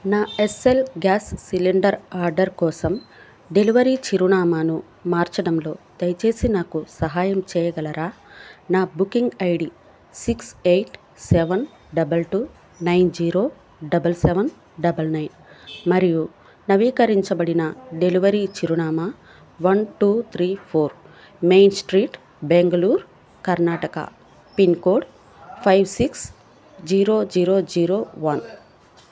నా SL gas cylinder order కోసం delivery చిరునామాను మార్చడంలో దయచేసి నాకు సహాయం చేయగలరా నా booking ID six eight seven double two nine zero double seven double nine మరియు నవీకరించబడిన డెలివరీ చిరునామా one two three four main street Bengaluru Karnataka pin code five six zero zero zero one